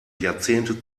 jahrzehnte